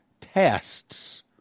tests